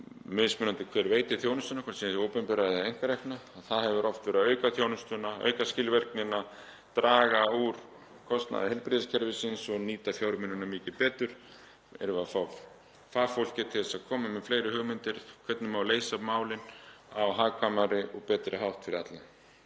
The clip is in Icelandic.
mismunandi hver veitir þjónustuna, hvort sem er hið opinbera eða einkageirinn. Það hefur oft verið að auka þjónustuna, auka skilvirkni, draga úr kostnaði heilbrigðiskerfisins og nýta fjármunina mikið betur, erum að fá fagfólkið til að koma með fleiri hugmyndir um hvernig má leysa málin á hagkvæmari og betri hátt fyrir alla.